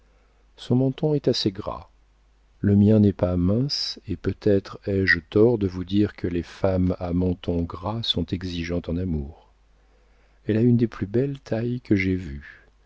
son menton est assez gras le mien n'est pas mince et peut-être ai-je tort de vous dire que les femmes à menton gras sont exigeantes en amour elle a une des plus belles tailles que j'aie vues